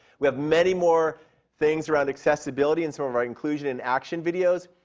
we have many more things around accessibility in some of our inclusion and action videos.